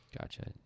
Gotcha